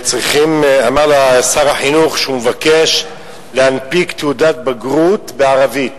אמר לשר החינוך שהוא מבקש להנפיק תעודת בגרות בערבית